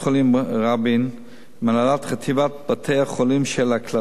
"רבין" ועם הנהלת חטיבת בתי-החולים של "הכללית",